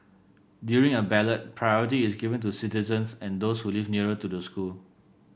during a ballot priority is given to citizens and those who live nearer to the school